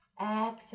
Exhale